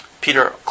Peter